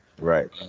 Right